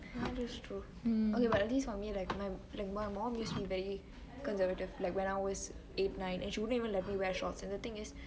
that is true but at least for me my mum used to be very conservative like when I was eight nine and she wouldn't even let me wear shorts and the thing is